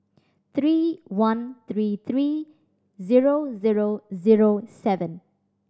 three one three three zero zero zero seven